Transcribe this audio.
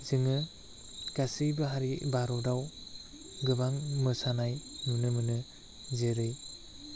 जोङो गासैबो हारि भारतआव गोबां मोसानाय नुनो मोनो जेरै